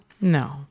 No